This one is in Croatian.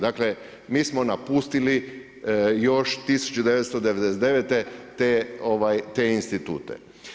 Dakle, mi smo napustili još 1999. te institute.